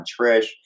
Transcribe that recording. Trish